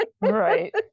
right